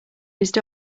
used